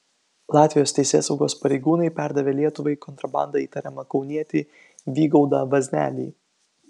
latvijos teisėsaugos pareigūnai perdavė lietuvai kontrabanda įtariamą kaunietį vygaudą vaznelį